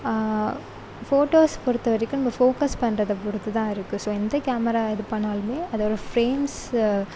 photos பொருத்த வரைக்கும் நம்ம ஃபோக்கஸ் பண்ணுறத பொருத்து தான் இருக்கு ஸோ எந்த கேமரா இது பண்ணாலும் அதோட ஃப்ரேம்ஸ்ஸு